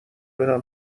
برم